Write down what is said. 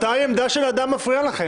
מתי עמדה של אדם מפריעה לכם?